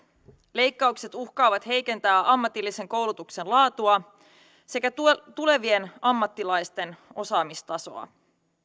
leikkaukset uhkaavat heikentää ammatillisen koulutuksen laatua sekä tulevien ammattilaisten osaamistasoa